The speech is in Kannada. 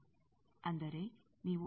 ಅಂದರೆ ನೀವು ದಿಂದ ಗೆ ಹೇಗೆ ಬರಬಹುದು